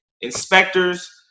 inspectors